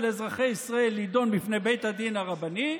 אזרחי ישראל לדון בפני בית הדין הרבני,